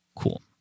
Cool